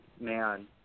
man